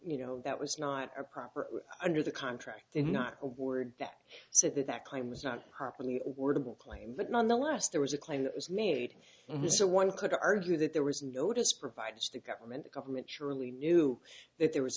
you know that was not a proper under the contract and not a word that said that that claim was not properly or dibble claim but nonetheless there was a claim that was made and so one could argue that there was a notice provides the government government surely knew that there was